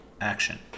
action